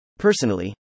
Personally